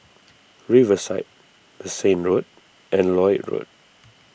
Riverside Bassein Road and Lloyd Road